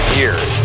years